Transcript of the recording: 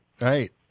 right